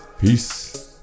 Peace